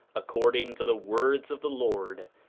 according to the words of the lord,